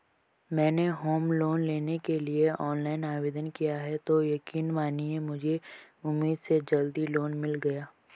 मैंने home loan लेने के लिए ऑनलाइन आवेदन किया तो यकीन मानिए मुझे उम्मीद से जल्दी लोन मिल गया